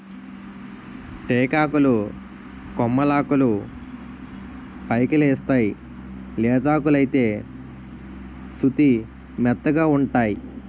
టేకాకులు కొమ్మలాకులు పైకెలేస్తేయ్ లేతాకులైతే సుతిమెత్తగావుంటై